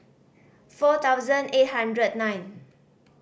four thousand eight hundred nine